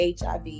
HIV